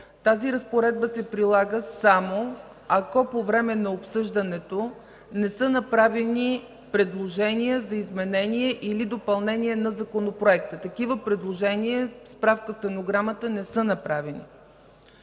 Тази разпоредба се прилага само ако по време на обсъждането не са направени предложения за изменение или допълнение на законопроекта.” Такива предложения – справка в стенограмата – не са направени.